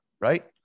Right